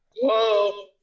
Whoa